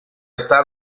está